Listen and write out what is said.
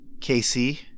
Casey